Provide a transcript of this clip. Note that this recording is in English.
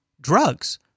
drugs